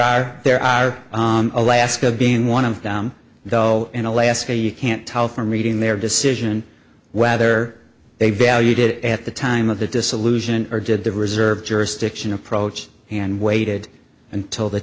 are there are alaska being one of them though in alaska you can't tell from reading their decision whether they valued it at the time of the dissolution or did the reserved jurisdiction approach and waited until the